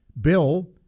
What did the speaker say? Bill